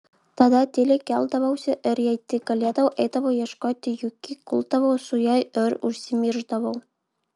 tada tyliai keldavausi ir jei tik galėdavau eidavau ieškoti juki guldavau su ja ir užsimiršdavau